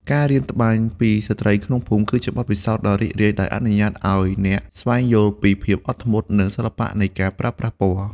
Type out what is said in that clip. ការរៀនត្បាញពីស្ត្រីក្នុងភូមិ គឺជាបទពិសោធន៍ដ៏រីករាយដែលអនុញ្ញាតឱ្យអ្នកស្វែងយល់ពីភាពអត់ធ្មត់ និងសិល្បៈនៃការប្រើប្រាស់ពណ៌។